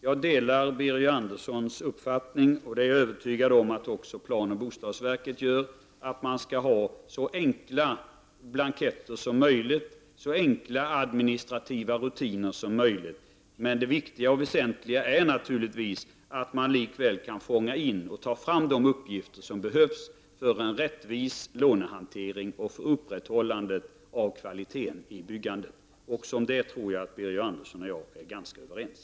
Jag delar Birger Anderssons uppfattning, och det är jag övertygad om att planoch bostadsverket gör, att man skall ha så enkla blanketter som möjligt och så enkla administrativa rutiner som möjligt. Men det viktiga och väsentliga är naturligtvis att man likväl kan fånga in och ta fram de uppgifter som behövs för en rättvis lånehantering och för upprätthållandet av kvaliteten i byggandet. Om detta tror jag att Birger Andersson och jag är överens.